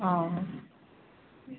অঁ